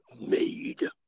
made